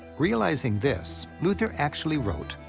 realizing this, luther actually wrote,